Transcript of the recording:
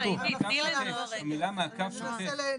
המילה 'מעקב שוטף'.